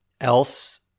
else